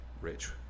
rich